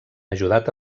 ajudat